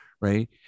right